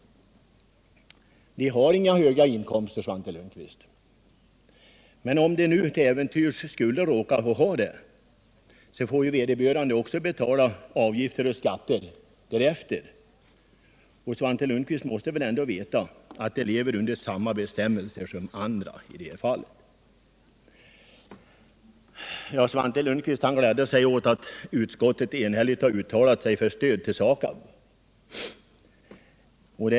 De har inga höga inkomster, Svante Lundkvist. Men om någon till äventyrs skulle råka ha det får vederbörande betala avgifter och skatter därefter. Svante Lundkvist måtte väl veta att jordoch skogsbrukarna lever under samma bestämmelser som alla andra. Svante Lundkvist gladde sig åt att utskottet enhälligt har uttalat sig för stöd till SAKAB.